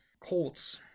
Colts